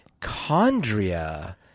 chondria